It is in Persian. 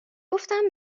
گفتم